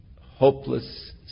hopeless